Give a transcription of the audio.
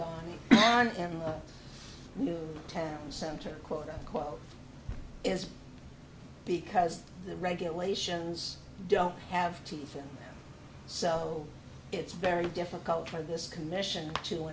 go on in the new town center quote unquote is because the regulations don't have teeth so it's very difficult for this commission to